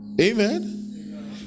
Amen